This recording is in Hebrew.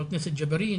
חבר הכנסת ג'בארין,